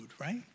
right